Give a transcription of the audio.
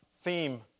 theme